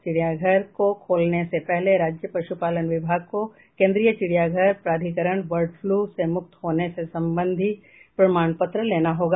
चिड़ियाघर के खोलने से पहले राज्य पश्पालन विभाग को केन्द्रीय चिड़ियाघर प्राधिकरण बर्ड फ्लू से मुक्त होने से संबंधी प्रमाण पत्र लेना होगा